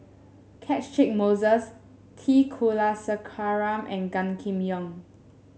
Catchick Moses T Kulasekaram and Gan Kim Yong